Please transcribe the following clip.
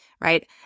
right